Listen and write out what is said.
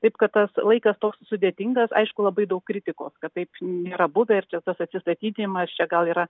taip kad tas laikas toks sudėtingas aišku labai daug kritikos kad taip nėra buvę ir čia tas atsistatydinimas čia gal yra